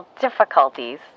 Difficulties